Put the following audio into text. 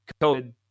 COVID